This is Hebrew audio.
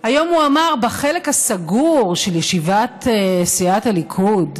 היום הוא אמר בחלק הסגור של ישיבת סיעת הליכוד,